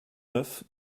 neuf